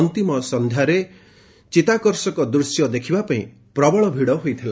ଅନ୍ତିମ ସକ୍ଷ୍ୟାର ଚିତାକର୍ଷକ ଦୃଶ୍ୟ ଦେଖିପାପାଇଁ ପ୍ରବଳ ଭିଡ଼ ହୋଇଥିଲା